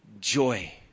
joy